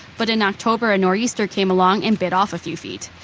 but in october, a nor'easter came along and bit off a few feet.